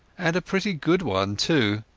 and a pretty good one too.